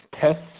tests